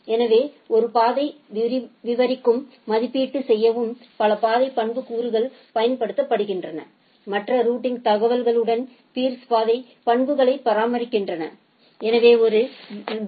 எனவே ஒரு பாதையை விவரிக்கவும் மதிப்பீடு செய்யவும் பல பாதை பண்புக்கூறுகள் பயன்படுத்தப்படுகின்றன மற்ற ரூட்டிங் தகவல்களுடன் பீர்ஸ் பாதை பண்புக்கூறுகளை பரிமாறிக்கொள்கின்றன எனவே ஒரு பி